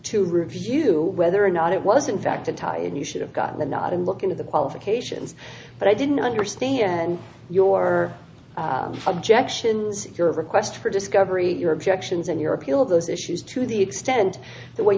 to review whether or not it was in fact a tie and you should have gotten the nod and look into the qualifications but i didn't understand your objections your request for discovery your objections and your appeal of those issues to the extent the way